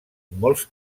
molts